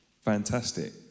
fantastic